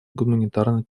гуманитарной